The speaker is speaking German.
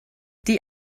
die